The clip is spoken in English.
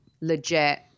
legit